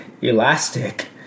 elastic